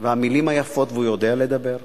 והמלים היפות, והוא יודע לדבר.